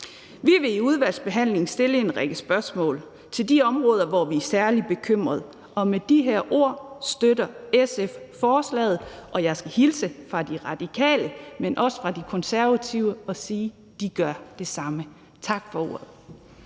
Vi vil i udvalgsbehandlingen stille en række spørgsmål på de områder, hvor vi er særlig bekymrede. Med de ord støtter SF forslaget, og jeg skal hilse fra De Radikale og også fra De Konservative og sige, at de gør det samme. Tak for ordet.